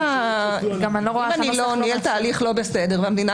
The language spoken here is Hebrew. אם אני לא ניהלתי תהליך לא בסדר והמדינה